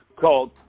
called